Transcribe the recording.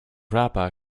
rapper